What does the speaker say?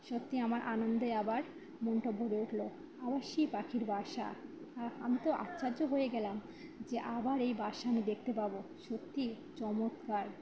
সত্যি আমার আনন্দে আবার মনটা ভরে উঠল আবার সেই পাখির বাসা আমি তো আশ্চর্য হয়ে গেলাম যে আবার এই বাসা আমি দেখতে পাব সত্যি চমৎকার